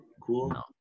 cool